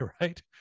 right